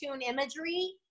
imagery